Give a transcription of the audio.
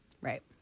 Right